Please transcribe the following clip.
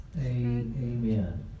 Amen